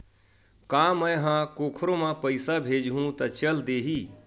का मै ह कोखरो म पईसा भेजहु त चल देही?